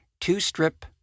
two-strip